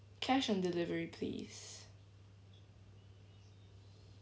cash on delivery please